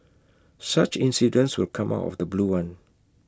such incidents will come out of the blue one